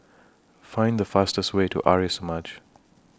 Find The fastest Way to Arya Samaj